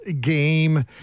game